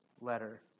letter